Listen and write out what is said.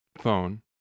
phone